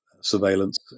surveillance